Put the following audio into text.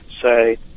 say